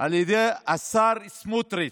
על ידי השר סמוטריץ',